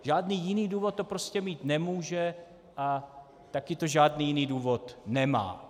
Žádný jiný důvod to prostě mít nemůže a taky to žádný jiný důvod nemá.